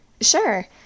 Sure